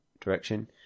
direction